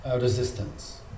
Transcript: resistance